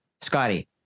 scotty